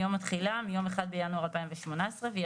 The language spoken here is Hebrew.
מיום התחילה ביום ה-1 בינואר 2018 והיא